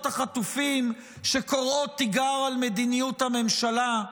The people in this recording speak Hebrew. החטופים שקוראות תיגר על מדיניות הממשלה.